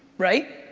right?